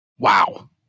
Wow